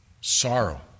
Sorrow